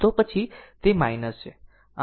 તો પછી તે છે